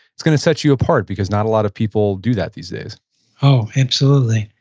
it's going to set you apart. because not a lot of people do that these days oh, absolutely.